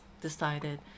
decided